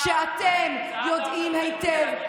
אתם אנטי-ציונים.